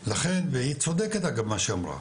לכן, והיא צודקת אגב במה שהיא אמרה,